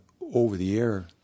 over-the-air